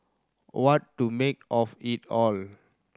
what to make of it all